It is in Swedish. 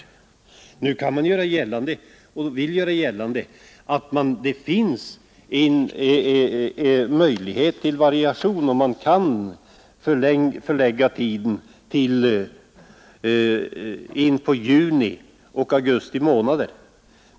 Att här tala om flexibilitet i undervisningen kan inte vara riktigt. Nu vill man göra gällande att det finns en möjlighet till variation genom att utbildningstiden förläggs till juni och augusti månader.